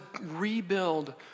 rebuild